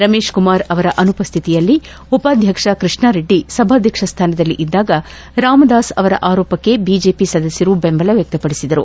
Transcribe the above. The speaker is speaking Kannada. ರಮೇಶ್ ಕುಮಾರ್ ಅವರ ಅನುಪಸ್ಥಿತಿಯಲ್ಲಿ ಉಪಾಧ್ಯಕ್ಷ ಕೃಷ್ಣಾ ರೆಡ್ಡಿ ಸಭಾಧ್ಯಕ್ಷ ಸ್ಥಾನದಲ್ಲಿ ಇದ್ದಾಗ ರಾಮದಾಸ್ ಅವರ ಆರೋಪಕ್ಕೆ ಬಿಜೆಪಿ ಸದಸ್ಯರು ಬೆಂಬಲ ವ್ಯಕ್ತಪಡಿಸಿದರು